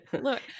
look